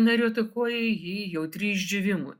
nariuotakojai ji jautri išdžiūvimui